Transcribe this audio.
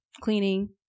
cleaning